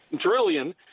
trillion